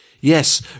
Yes